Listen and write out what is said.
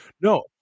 No